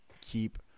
keep